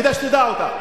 כדאי שתדע אותה.